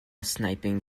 sniping